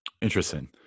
Interesting